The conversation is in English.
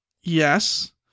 Yes